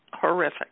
horrific